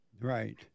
Right